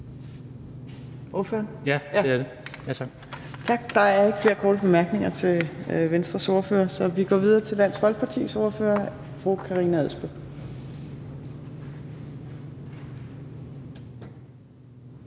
næstformand (Trine Torp): Tak. Der er ikke flere korte bemærkninger til Venstres ordfører, så vi går videre til Dansk Folkepartis ordfører, fru Karina Adsbøl.